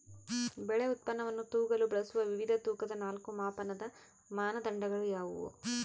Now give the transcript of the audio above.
ಬೆಳೆ ಉತ್ಪನ್ನವನ್ನು ತೂಗಲು ಬಳಸುವ ವಿವಿಧ ತೂಕದ ನಾಲ್ಕು ಮಾಪನದ ಮಾನದಂಡಗಳು ಯಾವುವು?